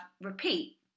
repeat